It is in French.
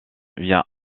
vient